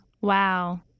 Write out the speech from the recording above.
Wow